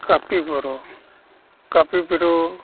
ᱠᱟᱹᱯᱤ ᱵᱩᱨᱩ ᱠᱟᱹᱯᱤ ᱵᱩᱨᱩ